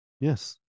Yes